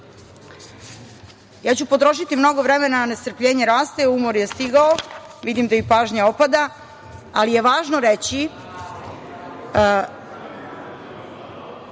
odgovor. Potrošiću mnogo vremena, a nestrpljenje raste, umor je stigao, vidim da i pažnja opada, ali je važno reći,